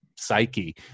Psyche